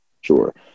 Sure